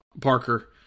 Parker